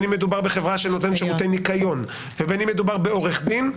מדובר בחברה שנותנת שירותי ניקיון ובין מדובר בעורך דין,